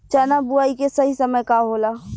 चना बुआई के सही समय का होला?